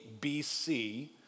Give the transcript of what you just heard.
BC